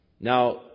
Now